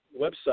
website